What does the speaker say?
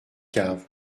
cave